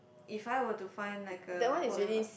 if I were to find like a work environ~